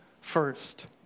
first